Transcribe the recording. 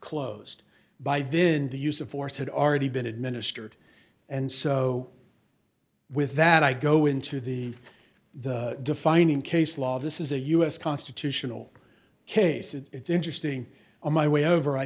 closed by then the use of force had already been administered and so with that i go into the the defining case law this is a us constitutional case it's interesting on my way over i